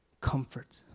comfort